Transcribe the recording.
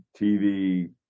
TV